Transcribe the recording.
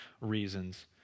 reasons